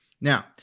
Now